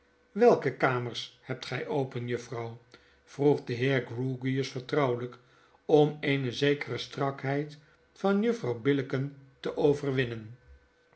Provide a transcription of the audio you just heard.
welke kamers hebt gy open juffrouw p vroeg de heer grewgious vertrouwelijk om eene zekere strakheid van juffrouw billicken te overwinnen